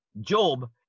Job